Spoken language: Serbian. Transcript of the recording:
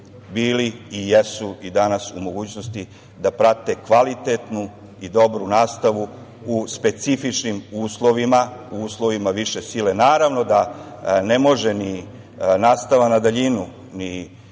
bili i jesu danas u mogućnosti da prate kvalitetnu i dobru nastavu u specifičnim uslovima, u uslovima više sile. Naravno da ne može ni nastava na daljinu,